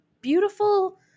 beautiful